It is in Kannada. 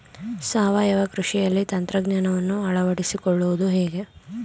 ಸಾವಯವ ಕೃಷಿಯಲ್ಲಿ ತಂತ್ರಜ್ಞಾನವನ್ನು ಅಳವಡಿಸಿಕೊಳ್ಳುವುದು ಹೇಗೆ?